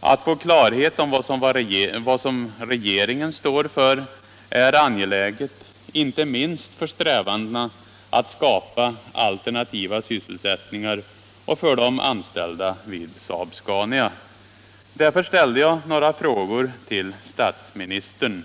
Att få klarhet om vad regeringen står för är angeläget, inte minst för strävandena att skapa alternativa sysselsättningar och för de anställda vid SAAB-SCA NIA. Därför ställde jag några frågor till statsministern.